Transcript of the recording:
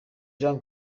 jean